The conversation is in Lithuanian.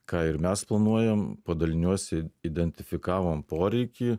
ką ir mes planuojam padaliniuose identifikavom poreikį